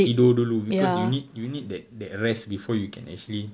tidur dulu because you need you need that that rest before you can actually